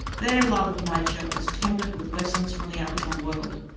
their love of nature was tempered with lessons from the aboriginal world.